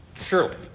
Surely